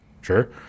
Sure